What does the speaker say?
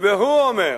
והוא אומר